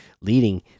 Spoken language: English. leading